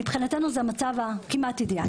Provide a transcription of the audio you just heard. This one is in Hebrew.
מבחינתנו זה המצב הכמעט אידיאלי.